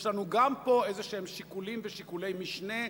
יש לנו גם פה איזה שיקולים ושיקולי משנה,